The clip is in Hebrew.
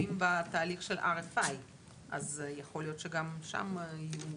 משתתפים בתהליך של RFI אז יכול להיות שגם שם יהיו